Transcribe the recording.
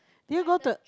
do you go to